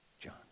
John